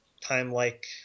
time-like